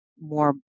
more